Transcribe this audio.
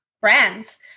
brands